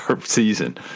season